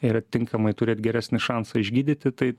yra tinkamai turėt geresnį šansą išgydyti tai